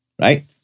Right